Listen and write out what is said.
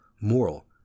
moral